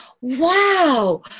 wow